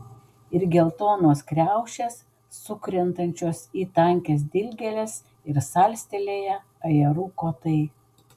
ir geltonos kriaušės sukrentančios į tankias dilgėles ir salstelėję ajerų kotai